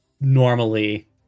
normally